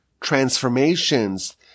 transformations